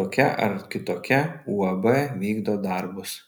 tokia ar kitokia uab vykdo darbus